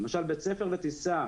למשל, בית ספר לטיסה